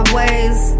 ways